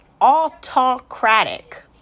autocratic